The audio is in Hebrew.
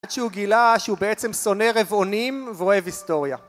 עד שהוא גילה שהוא בעצם שונא רבעונים ואוהב היסטוריה